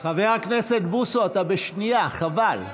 חבר הכנסת בוסו, אתה בשנייה, חבל.